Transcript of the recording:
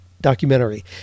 Documentary